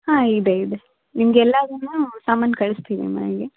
ಹಾಂ ಇದೆ ಇದೆ ನಿಮಗೆ ಎಲ್ಲಾದು ಸಾಮಾನು ಕಳಿಸ್ತೀವಿ ಮನೆಗೆ